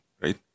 right